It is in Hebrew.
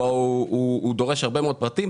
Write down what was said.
הוא דורש הרבה מאוד פרטים.